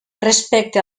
respecte